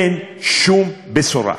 אין שום בשורה.